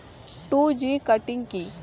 Two G cutting কি?